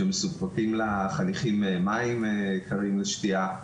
שמסופקים לחניכים מים קרים לשתייה,